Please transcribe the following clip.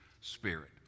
spirit